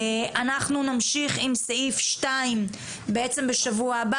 אנחנו נמשיך עם סעיף 2 בשבוע הבא.